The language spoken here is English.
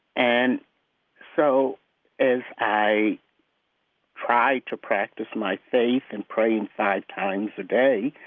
and so as i try to practice my faith in praying five times a day,